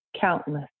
countless